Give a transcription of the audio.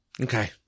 Okay